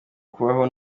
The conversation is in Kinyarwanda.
kubaho